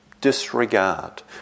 disregard